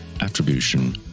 Attribution